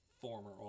former